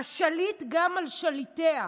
השליט גם על שליטיה.